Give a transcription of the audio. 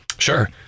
Sure